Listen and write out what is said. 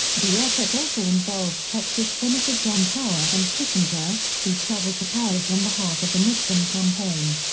the effort also involved texas senator john tower and kissinger, who traveled to paris on behalf of the nixon campaign.